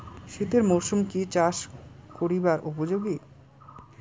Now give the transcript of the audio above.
শীতের মরসুম কি চাষ করিবার উপযোগী?